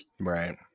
Right